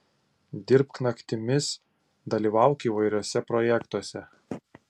dirbk naktimis dalyvauk įvairiuose projektuose